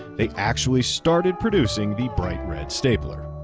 they actually started producing the bright red stapler.